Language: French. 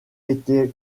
été